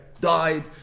died